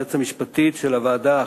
היועצת המשפטית של הוועדה,